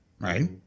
right